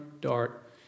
dart